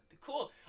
Cool